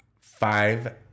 five